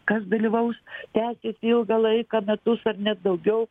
kas dalyvaus tęsiasi ilgą laiką metus ar net daugiau